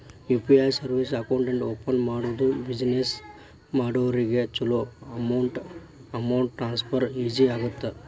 UPI service account open ಮಾಡೋದು business ಮಾಡೋರಿಗ ಚೊಲೋ ಅಮೌಂಟ್ ಟ್ರಾನ್ಸ್ಫರ್ ಈಜಿ ಆಗತ್ತ